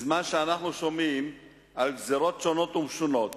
בזמן שאנחנו שומעים על גזירות שונות ומשונות